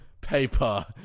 paper